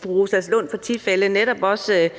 fru Rosa Lunds partifælle netop også